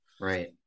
Right